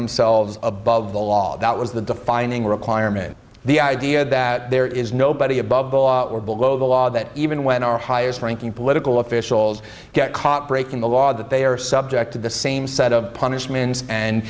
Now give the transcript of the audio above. themselves above the law that was the defining requirement the idea that there is nobody above the law or below the law that even when our highest ranking political officials get caught breaking the law that they are subject to the same set of punishments and